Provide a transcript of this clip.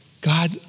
God